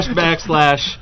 backslash